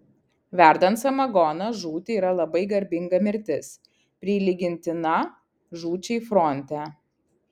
verdant samagoną žūti yra labai garbinga mirtis prilygintina žūčiai fronte